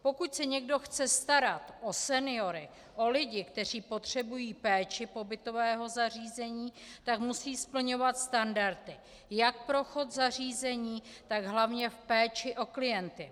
Pokud se někdo chce starat o seniory, o lidi, kteří potřebují péči pobytového zařízení, tak musí splňovat standardy jak pro chod zařízení, tak hlavně v péči o klienty.